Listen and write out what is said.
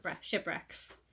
shipwrecks